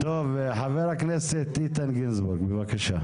חבר הכנסת איתן גינזבורג, בבקשה.